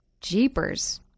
jeepers